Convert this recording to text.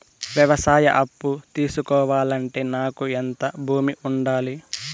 వ్యవసాయ అప్పు తీసుకోవాలంటే నాకు ఎంత భూమి ఉండాలి?